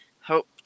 hope